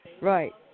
Right